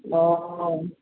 ও